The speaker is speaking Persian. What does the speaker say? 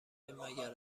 مگر